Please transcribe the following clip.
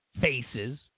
faces